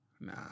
nah